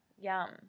Yum